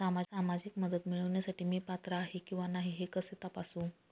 सामाजिक मदत मिळविण्यासाठी मी पात्र आहे किंवा नाही हे कसे तपासू?